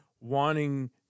wanting